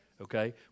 okay